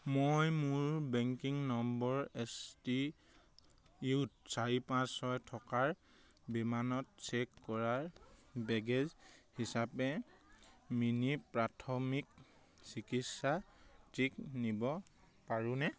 মই মোৰ banking number S T U চাৰি পাঁচ ছয় থকা বিমানত চেক কৰা বেগেজ হিচাপে মিনি প্ৰাথমিক চিকিৎসা কিট নিব পাৰোঁনে